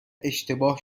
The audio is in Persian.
اشتباهی